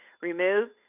Remove